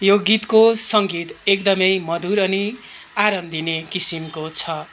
यो गीतको सङ्गीत एकदमै मधुर अनि आराम दिने किसिमको छ